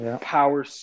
power